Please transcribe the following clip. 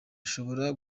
ashobora